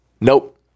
Nope